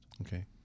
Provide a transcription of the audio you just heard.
Okay